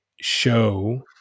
show